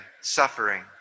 suffering